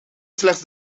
slechts